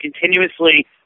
continuously